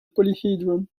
polyhedron